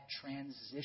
transition